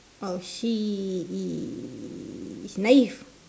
oh she is naive